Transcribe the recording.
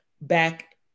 back